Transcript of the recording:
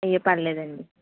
అయ్యో పర్లేదండి